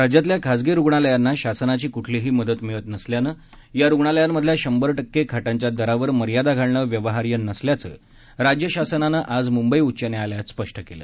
राज्यातल्या खासगी रुग्णालयांना शासनाची क्ठलीही मदत मिळत नसल्याम्ळे या रुग्णालयांमधल्या शंभर टक्के खाटांच्या दरावर मर्यादा घालणं व्यवहार्य नसल्याचं राज्यशासनं आज मंबई उच्च न्यायालयात स्पष्ट केलं